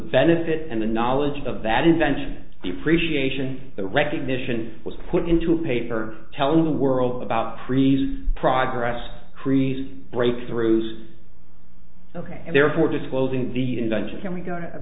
benefit and the knowledge of that invention depreciation the recognition was put into a paper telling the world about freeze progress crees breakthroughs ok and therefore disclosing the invention can we go to a